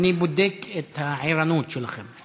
אני בודק את הערנות שלכם.